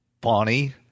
Bonnie